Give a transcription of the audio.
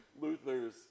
Luther's